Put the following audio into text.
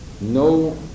no